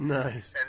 nice